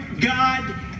god